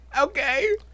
okay